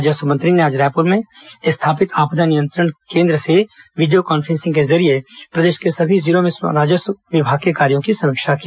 राजस्व मंत्री ने आज रायपुर में स्थापित आपदा नियंत्रण केन्द्र से वीडियो कॉन्फ्रेंसिंग के जरिये प्रदेश के सभी जिलों में राजस्व विभाग के कार्यो की समीक्षा की